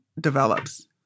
develops